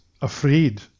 afraid